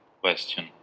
question